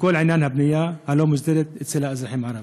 לכל עניין הבנייה הלא-מוסדרת אצל האזרחים הערבים.